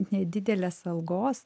nedidelės algos